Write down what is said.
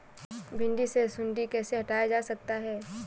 भिंडी से सुंडी कैसे हटाया जा सकता है?